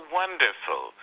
wonderful